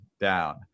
down